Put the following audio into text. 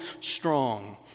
strong